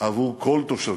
עבור כל תושביה.